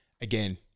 again